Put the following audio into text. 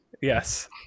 Yes